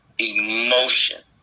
emotion